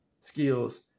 skills